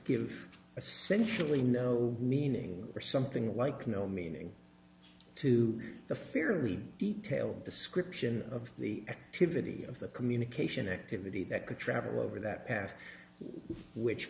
give essentially no meaning or something like no meaning to the fairly detailed description of the activity of the communication activity that could travel over that path which